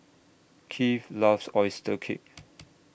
Kieth loves Oyster Cake